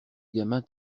gamin